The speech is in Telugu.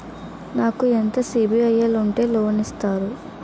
నాకు ఎంత సిబిఐఎల్ ఉంటే లోన్ ఇస్తారు?